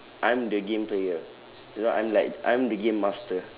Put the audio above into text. I'm the game player you know I'm like I'm the game master